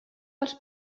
els